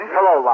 Hello